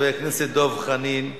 ראש המוסד לבחינת המינויים,